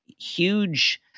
huge